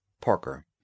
Parker